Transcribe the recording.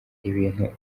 ibintu